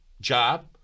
job